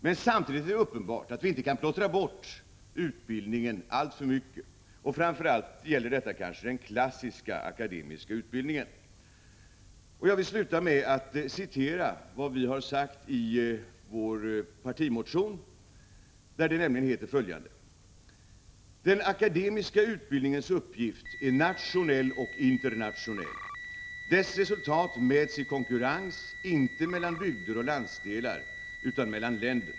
Men samtidigt är det uppenbart att vi inte kan plottra bort utbildningen alltför mycket. Framför allt gäller kanske detta den klassiska akademiska utbildningen. Jag vill sluta med att citera vad vi har sagt i vår partimotion, där det står följande: ”Den akademiska utbildningens uppgift är nationell och internationell. Dess resultat mäts i konkurrens inte mellan bygder och landsdelar utan mellan länder.